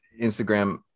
Instagram